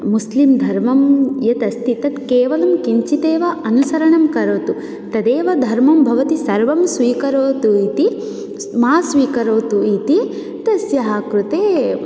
मुस्लिम् धर्मं यत् अस्ति तद् केवलं किञ्चिदेव अनुसरणं करोतु तदेव धर्मं भवति सर्वं स्वीकरोतु इति मा स्वीकरोतु इति तस्याः कृते